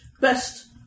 best